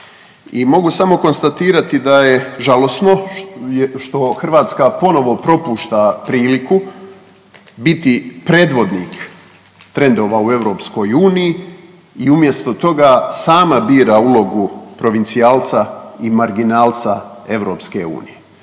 mogu samo konstatirati da je žalosno što Hrvatska ponovo propušta priliku biti predvodnik trendova u EU i umjesto toga sama bira ulogu provincijalca i marginalca EU.